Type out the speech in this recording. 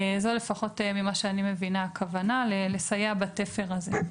זו לפחות הכוונה, לסייע בתפר הזה.